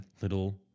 Little